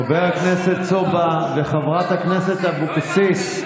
חבר הכנסת סובה וחברת הכנסת אבקסיס,